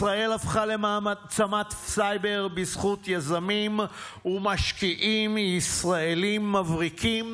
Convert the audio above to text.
ישראל הפכה למעצמת סייבר בזכות יזמים ומשקיעים ישראלים מבריקים,